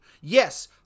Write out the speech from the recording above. Yes